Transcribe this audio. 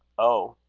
oh,